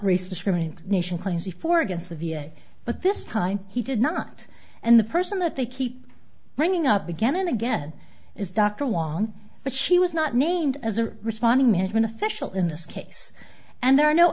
race discrimination claims before against the v a but this time he did not and the person that they keep bringing up again and again is dr wong but she was not named as a responding management official in this case and there are no